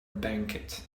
banquet